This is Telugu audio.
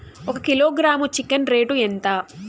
ఒక కిలోగ్రాము చికెన్ రేటు ఎంత?